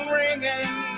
ringing